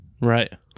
Right